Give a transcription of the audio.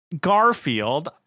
Garfield